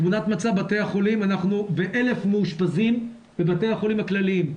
תמונת מצב בתי החולים אנחנו ב-1,000 מאושפזים בבתי החולים הכלליים.